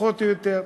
פחות או יותר.